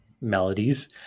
melodies